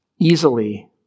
easily